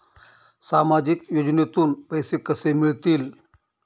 सामाजिक योजनेतून पैसे कसे मिळतील?